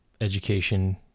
education